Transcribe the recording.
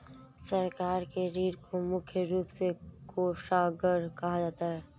सरकार के ऋण को मुख्य रूप से कोषागार कहा जाता है